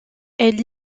elle